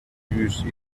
used